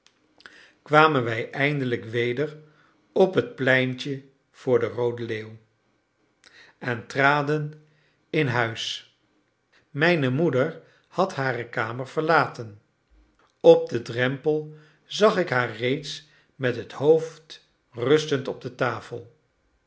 kwamen wij eindelijk weder op het pleintje voor de roode leeuw en traden in huis mijne moeder had hare kamer verlaten op den drempel zag ik haar reeds met het hoofd rustend op de tafel